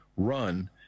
run